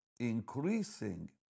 increasing